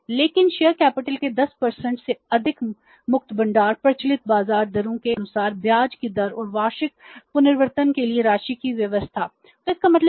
लेकिन शेयर पूंजी जाने के कारण बन रही है